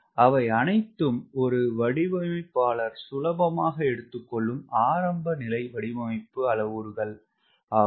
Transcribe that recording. அவை அனைத்தும் ஒரு வடிவமைப்பாளர் சுலபமாக எடுத்துக்கொள்ளும் ஆரம்ப நிலை வடிவமைப்பு அளவுறுகள் ஆகும்